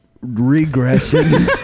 regression